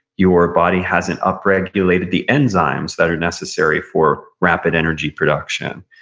your body hasn't up-regulated the enzymes that are necessary for rapid energy production.